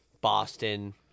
Boston